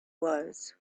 was